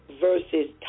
versus